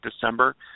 December